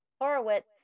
Horowitz